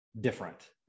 different